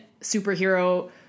superhero